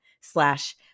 slash